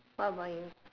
what about you